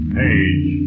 page